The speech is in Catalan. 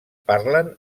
parlen